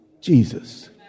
Jesus